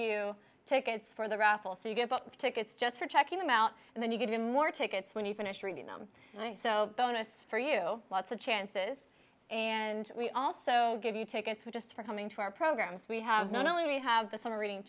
you tickets for the raffle so you get the tickets just for checking them out and then you get in more to it's when you finish reading them and i so bonus for you lots of chances and we also give you tickets for just for coming to our programs we have not only have the summer reading